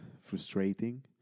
frustrating